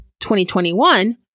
2021